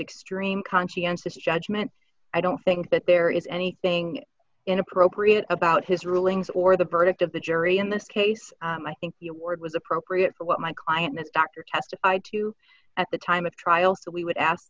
extreme conscientious judgment i don't think that there is anything inappropriate about his rulings or the verdict of the jury in this case i think the word was appropriate for what my client dr testified to at the time of trial so we would ask